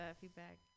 feedback